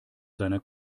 seiner